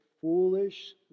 foolish